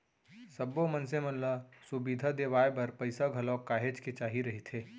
सब्बो मनसे मन ल सुबिधा देवाय बर पइसा घलोक काहेच के चाही रहिथे